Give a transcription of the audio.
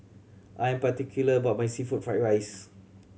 I'm particular about my seafood fried rice